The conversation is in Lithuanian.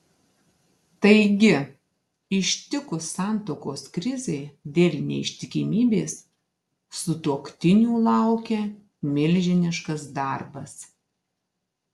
taigi ištikus santuokos krizei dėl neištikimybės sutuoktinių laukia milžiniškas darbas